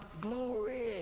glory